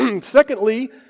secondly